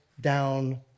down